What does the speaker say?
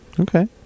Okay